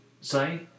say